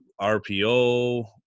RPO